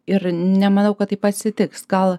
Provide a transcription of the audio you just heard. ir nemanau kad taip atsitiks gal